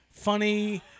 Funny